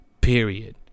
period